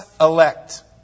elect